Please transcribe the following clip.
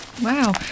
Wow